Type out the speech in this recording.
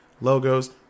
logos